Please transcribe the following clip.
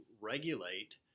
regulate